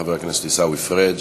חבר הכנסת עיסאווי פריג'.